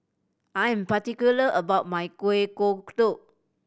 I am particular about my Kueh Kodok